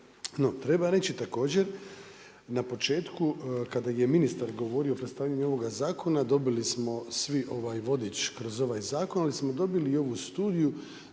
treba reći također na početku kada je ministar govorio, u predstavljaju ovoga zakona, dobili smo svi ovaj vodič kroz ovaj zakon, ali smo dobili i ovu studiju,